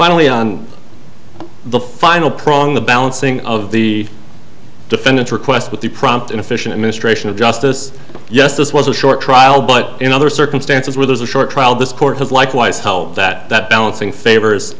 finally on the final prong the balancing of the defendant's request with the prompt and efficient administration of justice yes this was a short trial but in other circumstances where there's a short trial this court has likewise held that that balancing favors